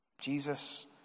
Jesus